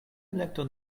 elekto